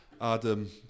Adam